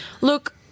Look